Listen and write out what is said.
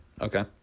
okay